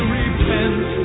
repent